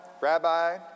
Rabbi